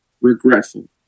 regretful